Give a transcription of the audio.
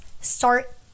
start